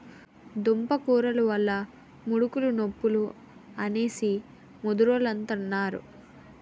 దుంపకూరలు వల్ల ముడుకులు నొప్పులు అనేసి ముదరోలంతన్నారు